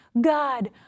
God